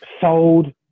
sold